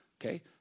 Okay